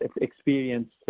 experience